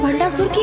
lesson.